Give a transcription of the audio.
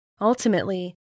Ultimately